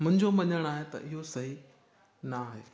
मुंहिंजो मञणु आहे त इहो सही न आहे